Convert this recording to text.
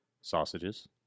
Sausages